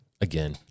again